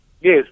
yes